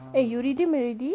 eh you redeem already